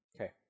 Okay